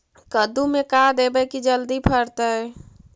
कददु मे का देबै की जल्दी फरतै?